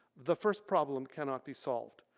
the first problem cannot be solved.